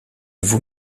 vous